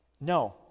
No